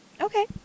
Okay